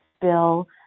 bill